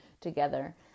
together